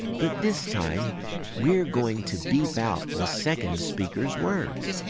but this time we're going to beep out the second speaker's words.